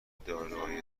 داروهایی